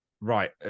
Right